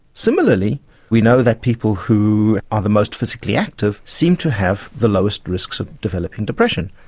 similarly we know that people who are the most physically active seem to have the lowest risks of developing depression.